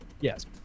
Yes